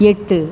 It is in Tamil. எட்டு